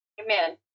Amen